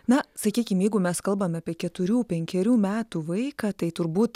na sakykim jeigu mes kalbam apie keturių penkerių metų vaiką tai turbūt